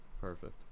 Perfect